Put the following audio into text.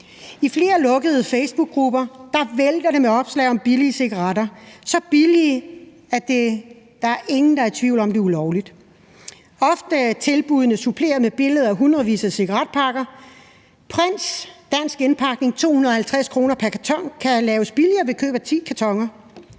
I flere lukkede facebookgrupper vælter det frem med opslag om billige cigaretter – så billige, at der ikke er nogen, der er i tvivl om, at det er ulovligt. Ofte er tilbuddene suppleret med billeder af hundredvis af cigaretpakker, og der står f.eks.: Prince i dansk indpakning til 250 kr. pr. karton, kan blive billigere ved køb af ti kartoner.